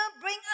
bring